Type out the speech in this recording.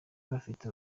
bafite